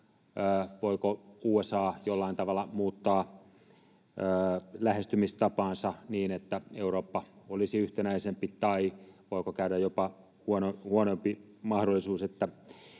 Voiko USA jollain tavalla muuttaa lähestymistapaansa niin, että Eurooppa olisi yhtenäisempi, tai voiko käydä jopa huonompi mahdollisuus, että